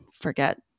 forget